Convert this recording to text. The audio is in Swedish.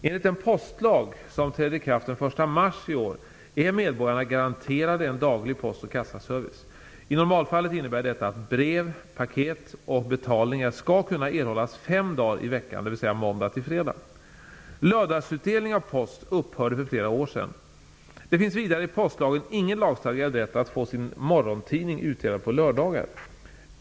Enligt den postlag som träder i kraft den 1 mars i år är medborgarna garanterade en daglig post och kassaservice. I normalfallet innebär detta att brev, paket och betalningar skall kunna erhållas fem dagar i veckan, dvs. måndag till fredag. Lördagsutdelning av post upphörde för flera år sedan. Det finns vidare i postlagen ingen lagstadgad rätt att få sin morgontidning utdelad på lördagar.